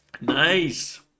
Nice